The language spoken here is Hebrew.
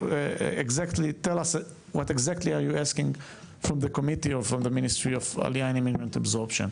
תגיד לנו מה בדיוק אתה מבקש מהוועדה של משרד העלייה והקליטה.